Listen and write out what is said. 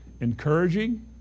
encouraging